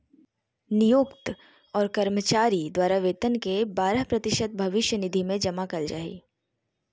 नियोक्त और कर्मचारी द्वारा वेतन के बारह प्रतिशत भविष्य निधि में जमा कइल जा हइ